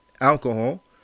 alcohol